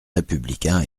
républicain